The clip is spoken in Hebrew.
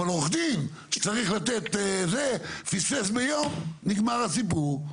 אבל עורך דין שצריך לתת פספס ביום נגמר הסיפור.